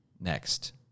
Next